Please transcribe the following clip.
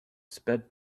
sped